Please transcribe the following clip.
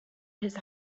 his